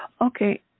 Okay